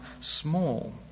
small